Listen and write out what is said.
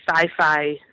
sci-fi